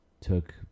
took